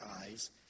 eyes